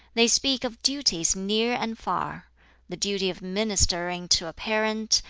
they speak of duties near and far the duty of ministering to a parent,